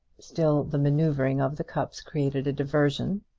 still the manoeuvring of the cups created a diversion.